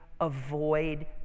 avoid